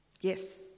Yes